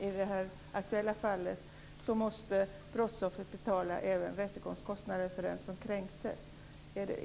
I det här aktuella fallet måste brottsoffret betala rättegångskostnaden även för den som kränkte.